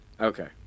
Okay